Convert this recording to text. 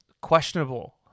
questionable